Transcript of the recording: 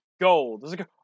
gold